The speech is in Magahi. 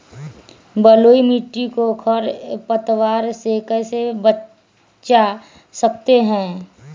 बलुई मिट्टी को खर पतवार से कैसे बच्चा सकते हैँ?